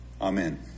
Amen